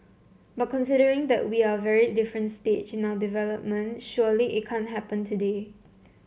but considering that we are very different stage in our development surely it can't happen today